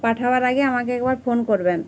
পাঠাবার আগে আমাকে একবার ফোন করবেন